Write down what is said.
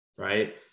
right